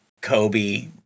Kobe